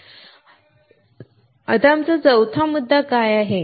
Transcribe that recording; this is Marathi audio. आमचा चौथा मुद्दा काय आहे